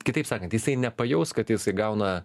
kitaip sakant jisai nepajaus kad jisai gauna